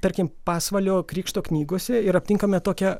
tarkim pasvalio krikšto knygose ir aptinkame tokią